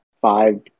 five